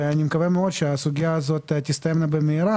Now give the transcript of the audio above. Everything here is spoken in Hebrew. ואני מקווה מאוד שהסוגייה הזאת תסתיים במהרה.